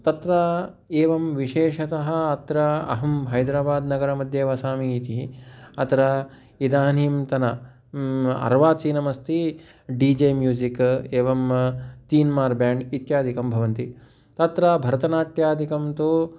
तत्र एवं विशेषतः अत्र अहं हैद्राबाद् नगरमध्ये वसामि इति अत्र इदानीन्तने अर्वाचीनमस्ति डी जे म्यूज़िक् एवं तीन् मार् ब्याण्ड् इत्यादिकं भवन्ति तत्र भरतनाट्यादिकं तु